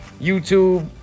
YouTube